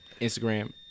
Instagram